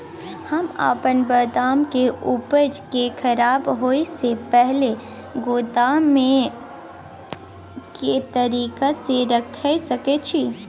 हम अपन बदाम के उपज के खराब होय से पहिल गोदाम में के तरीका से रैख सके छी?